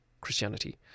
Christianity